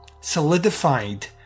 solidified